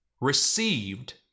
received